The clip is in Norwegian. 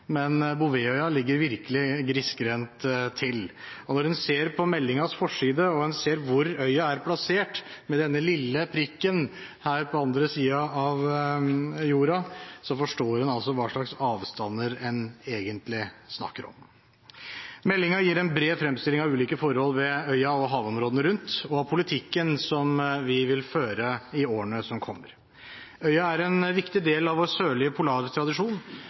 men Bouvetøya ligger virkelig grisgrendt til. Når en ser på meldingens forside, og en ser hvor øya er plassert – med denne lille prikken her på den andre siden av jorden – forstår en hva slags avstander en egentlig snakker om. Meldingen gir en bred fremstilling av ulike forhold ved øya og havområdene rundt og av politikken som vi vil føre i årene som kommer. Øya er en viktig del av vår sørlige